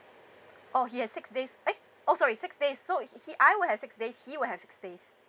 oh he has six days eh oh sorry six days so he he I will have six days he will has six days